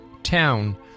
town